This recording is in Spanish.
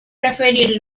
preferir